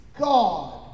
God